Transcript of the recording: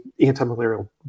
anti-malarial